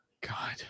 God